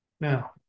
Now